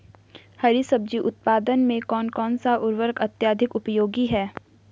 हरी सब्जी उत्पादन में कौन सा उर्वरक अत्यधिक उपयोगी है?